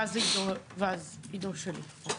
ואז עידו שלי.